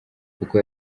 kuko